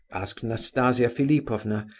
asked nastasia philipovna,